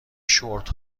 شورت